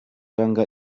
ranga